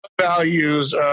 values